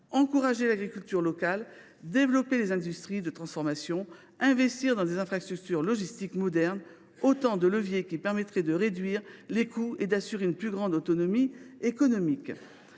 Encourager l’agriculture locale, développer les industries de transformation, investir dans des infrastructures logistiques modernes : tous ces leviers permettraient de réduire les coûts et d’assurer une plus grande autonomie économique.